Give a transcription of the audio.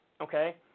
Okay